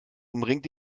umringt